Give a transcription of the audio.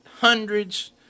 hundreds